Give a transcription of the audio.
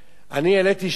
אני העליתי שתי הצעות.